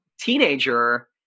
teenager